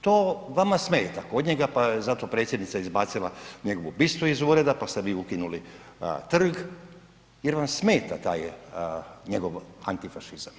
To vama smeta kod njega pa zato je Predsjednica izbacila njegovu bistu iz ureda pa ste vi ukinuli trg jer vam smeta taj njegov antifašizam.